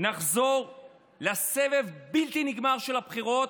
נחזור לסבב בלתי נגמר של בחירות,